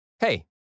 Hey